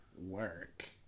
work